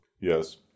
yes